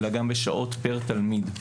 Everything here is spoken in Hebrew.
אלא גם בשעות פר תלמיד.